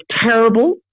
terrible